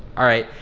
alright?